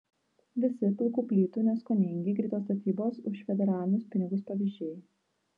visi pilkų plytų neskoningi greitos statybos už federalinius pinigus pavyzdžiai